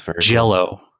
Jello